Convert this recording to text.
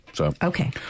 Okay